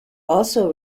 also